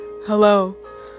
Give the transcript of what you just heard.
Hello